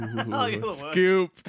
Scoop